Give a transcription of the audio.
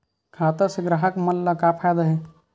खाता से ग्राहक मन ला का फ़ायदा हे?